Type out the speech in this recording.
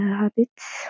habits